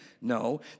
No